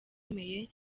ikomeye